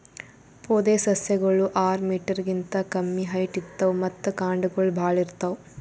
ಪೊದೆಸಸ್ಯಗೋಳು ಆರ್ ಮೀಟರ್ ಗಿಂತಾ ಕಮ್ಮಿ ಹೈಟ್ ಇರ್ತವ್ ಮತ್ತ್ ಕಾಂಡಗೊಳ್ ಭಾಳ್ ಇರ್ತವ್